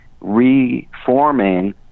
reforming